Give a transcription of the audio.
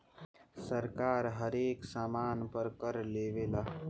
सरकार हरेक सामान पर कर लेवेला